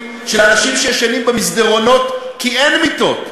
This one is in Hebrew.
לאנשים שישנים במסדרונות כי אין מיטות.